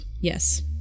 yes